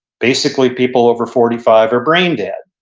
basically people over forty five are brain dead.